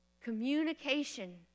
communication